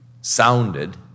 sounded